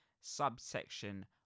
subsection